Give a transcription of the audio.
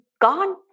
gone